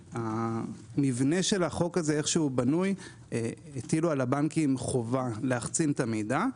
מבנה החוק הזה הטילו על הבנקים חובה להחצין את המידע,